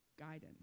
guidance